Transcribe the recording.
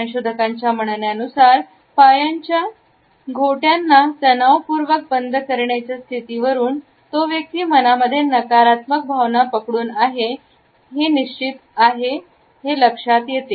संशोधकांच्या म्हणण्यानुसार पायाच्या गोट्यांना तणाव पूर्वक बंद करण्याच्या स्थितीवरून तो व्यक्ती मनामध्ये नकारात्मक भावना पकडू आहे हे की निश्चिंत आहे हे लक्षात येते